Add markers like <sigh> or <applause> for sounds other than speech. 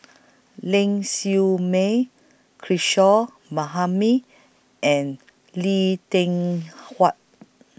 Ling Siew May Kishore <unintelligible> and Lee Tin Hua